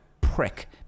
prick